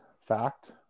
Fact